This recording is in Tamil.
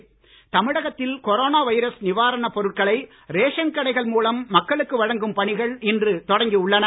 தமிழகம் தமிழகத்தில் கொரோனா வைரஸ் நிவாரணப் பொருட்களை ரேஷன் கடைகள் மூலம் மக்களுக்கு வழங்கும் பணிகள் இன்று தொடங்கி உள்ளன